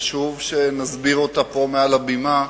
חשוב שנסביר אותה פה מעל הבמה,